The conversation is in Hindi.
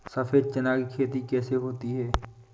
सफेद चना की खेती कैसे होती है?